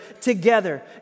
together